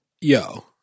yo